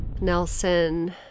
Nelson